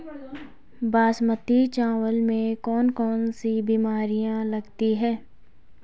बासमती चावल में कौन कौन सी बीमारियां लगती हैं?